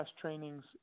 trainings